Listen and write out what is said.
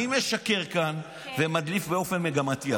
מי משקר כאן ומדליף באופן מגמתי?